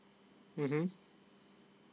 mm